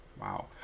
Wow